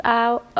out